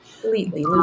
completely